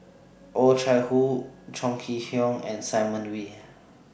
Oh Chai Hoo Chong Kee Hiong and Simon Wee